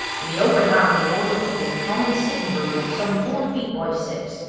in the open half of the wardrobe was a common sitting-room of some four feet by six,